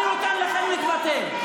אני נותן לכם להתבטא.